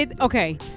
okay